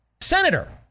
Senator